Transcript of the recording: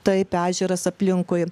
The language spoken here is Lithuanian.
taip ežeras aplinkui